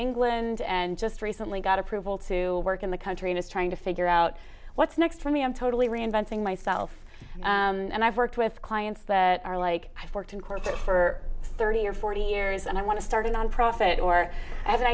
england and just recently got approval to work in the country and is trying to figure out what's next for me i'm totally reinventing myself and i've worked with clients that are like i've worked in corporate for thirty or forty years and i want to start a nonprofit or